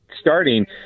starting